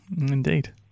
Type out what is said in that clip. Indeed